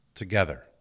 Together